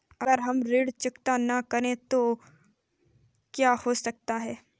अगर हम ऋण चुकता न करें तो क्या हो सकता है?